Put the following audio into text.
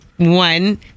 one